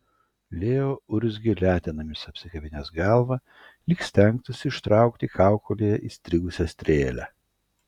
leo urzgė letenomis apsikabinęs galvą lyg stengtųsi ištraukti kaukolėje įstrigusią strėlę